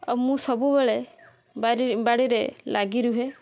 ଆଉ ମୁଁ ସବୁବେଳେ ବାରି ବାଡ଼ିରେ ଲାଗି ରୁହେ